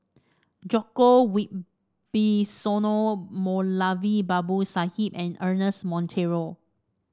Djoko Wibisono Moulavi Babu Sahib and Ernest Monteiro